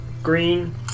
Green